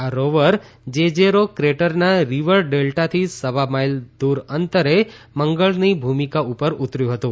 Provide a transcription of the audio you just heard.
આ rover Jezero ક્રેટરના river ડેલ્ટાથી સવા માઇલ દુર અંતરે મંગળની ભૂમિકા ઉપર ઉતર્યુ હતું